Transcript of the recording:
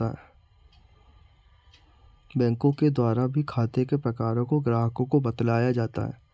बैंकों के द्वारा भी खाते के प्रकारों को ग्राहकों को बतलाया जाता है